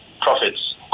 profits